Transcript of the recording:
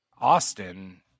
Austin